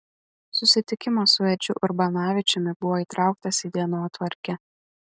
susitikimas su edžiu urbanavičiumi buvo įtrauktas į dienotvarkę